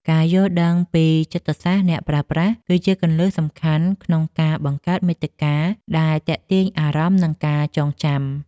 ការយល់ដឹងពីចិត្តសាស្ត្រអ្នកប្រើប្រាស់ គឺជាគន្លឹះសំខាន់ក្នុងការបង្កើតមាតិកាដែលទាក់ទាញអារម្មណ៍ និងការចងចាំ។